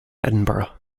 edinburgh